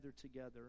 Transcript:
together